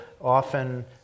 often